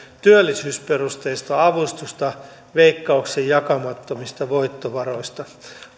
työllisyysperusteista avustusta veikkauksen jakamattomista voittovaroista